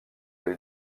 les